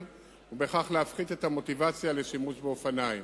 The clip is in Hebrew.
ובכך להפחית את המוטיבציה לשימוש באופניים.